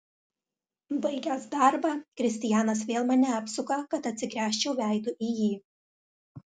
baigęs darbą kristianas vėl mane apsuka kad atsigręžčiau veidu į jį